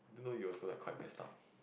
didn't know you were also like quite messed up